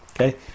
Okay